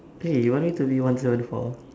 !hey! you want me to be one seven four